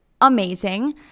amazing